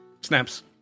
snaps